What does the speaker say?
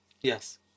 Yes